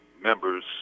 members